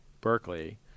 Berkeley